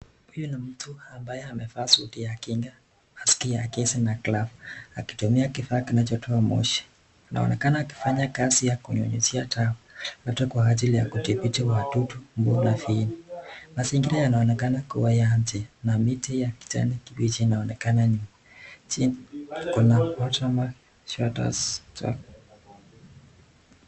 Huyu ni mtu ambaye amevaa suti ya kinga, maski ya gesi na glavu, akitumia kifaa kinachotoa moshi. Anaonekana akifanya kazi ya kunyunyizia dawa, labda kwa ajili ya kudhibiti wadudu na viini. Mazingira yanaonekana kuwa ya njena miti ya kijani kibichi yanaonekana nyuma. Chini kuna shutterstock .